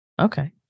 Okay